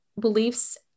beliefs